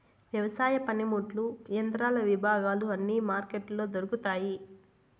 వ్యవసాయ పనిముట్లు యంత్రాల విభాగాలు అన్ని మార్కెట్లో దొరుకుతాయి